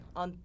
on